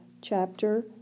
chapter